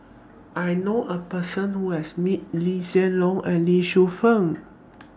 I know A Person Who has meet Lee Hsien Loong and Lee Shu Fen